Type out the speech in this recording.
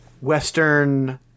western